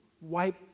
wipe